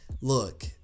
look